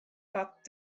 part